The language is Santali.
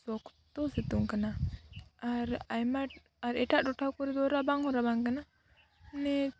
ᱥᱚᱠᱛᱚ ᱥᱤᱛᱩᱝ ᱠᱟᱱᱟ ᱟᱨ ᱟᱭᱢᱟ ᱟᱨ ᱮᱴᱟᱜ ᱴᱚᱴᱷᱟ ᱠᱚᱨᱮ ᱫᱚ ᱨᱟᱵᱟᱝ ᱦᱚᱸ ᱨᱟᱵᱟᱝ ᱠᱟᱱᱟ ᱩᱱᱤ